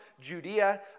Judea